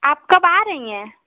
आप कब आ रही हैं